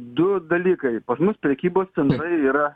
du dalykai pas mus prekybos centrai yra